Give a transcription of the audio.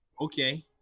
Okay